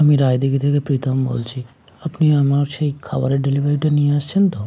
আমি রায়দিঘি থেকে প্রীতম বলছি আপনি আমার সেই খাবারের ডেলিভারিটা নিয়ে আসছেন তো